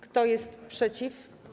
Kto jest przeciw?